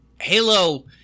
Halo